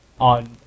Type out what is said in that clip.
on